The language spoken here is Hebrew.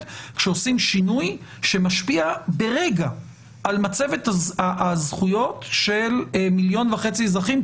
כשעושים שינוי שמשפיע ברגע על מצבת הזכויות של מיליון וחצי אזרחים,